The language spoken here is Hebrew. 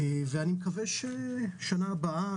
ואני מקווה שבשנה הבאה,